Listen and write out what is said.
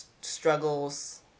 struggles